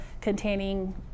containing